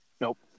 Nope